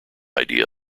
idea